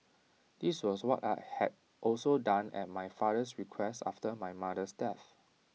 this was what I had also done at my father's request after my mother's death